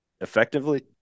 effectively